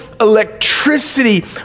electricity